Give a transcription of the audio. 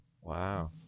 Wow